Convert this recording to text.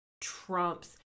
trumps